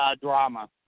drama